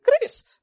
Grace